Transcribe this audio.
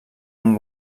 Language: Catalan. amb